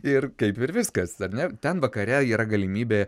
ir kaip ir viskas ar ne ten vakare yra galimybė